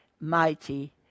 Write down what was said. mighty